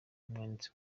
umwanditsi